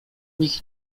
nich